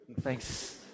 Thanks